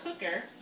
cooker